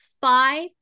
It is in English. five